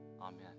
Amen